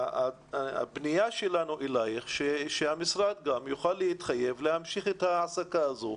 הפנייה שלנו אליך היא שהמשרד יוכל להתחייב להמשיך את ההעסקה הזאת.